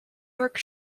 york